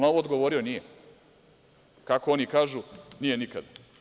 Na ovo odgovorio nije, kako oni kažu – nije nikad.